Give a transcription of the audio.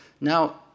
now